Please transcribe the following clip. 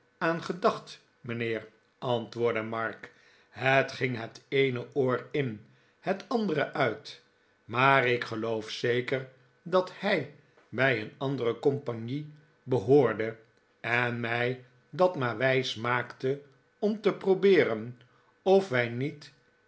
aan gedacht mijnheer antwoordde mark het ging het eene oor in het andere uit maar ik geloof zeker dat hij bij een andere compagnie behoorde en mij dat maar wijs maakte om te probeeren of wij niet